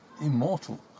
immortal